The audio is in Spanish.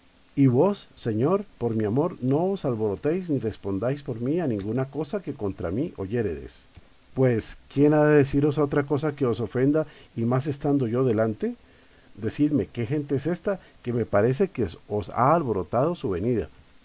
y vos señor por mi amor que no os alborotéis ni respondáis por mí a ninguna cosa que contra mí oyéredes pues quién ha de deciros cosa que os ofenda y más estando yo delante decidme qué gente es ésta que me parece que os ha alborotado su venida